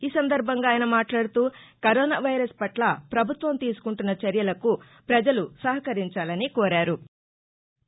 ఈ సందర్భంగా ఆయన మాట్లాడుతూ కరోనా వైరస్ పట్ల పభుత్వం తీసుకుంటున్న చర్యలకు ప్రజలు సహకరించాలని కోరారు